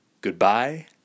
Goodbye